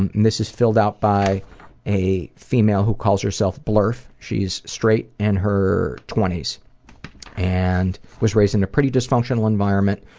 and and this is filled out by a female who calls herself blurf. she's straight, in her twenty s. and was raised in a pretty dysfunctional environment.